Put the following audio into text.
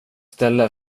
ställe